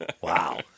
Wow